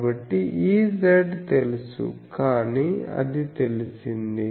కాబట్టి Ez తెలుసు కానీ అది తెలిసింది